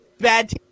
bad